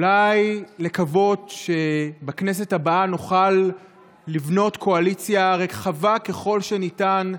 ואולי לקוות שבכנסת הבאה נוכל לבנות קואליציה רחבה ככל הניתן,